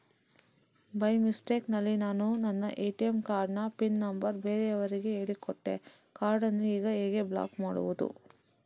By mistake ನಲ್ಲಿ ನಾನು ನನ್ನ ಎ.ಟಿ.ಎಂ ಕಾರ್ಡ್ ನ ಪಿನ್ ನಂಬರ್ ಬೇರೆಯವರಿಗೆ ಹೇಳಿಕೊಟ್ಟೆ ಕಾರ್ಡನ್ನು ಈಗ ಹೇಗೆ ಬ್ಲಾಕ್ ಮಾಡುವುದು?